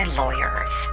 lawyers